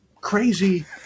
crazy